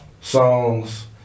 songs